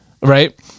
right